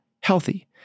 healthy